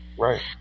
Right